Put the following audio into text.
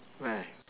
where